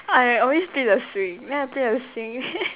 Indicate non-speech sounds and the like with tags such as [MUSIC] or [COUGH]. I always play the swing then I play the swing [LAUGHS]